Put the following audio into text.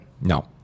No